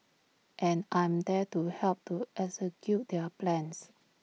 and I am there to help to execute their plans